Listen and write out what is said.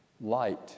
light